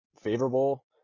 favorable